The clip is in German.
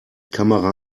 kamera